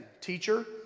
Teacher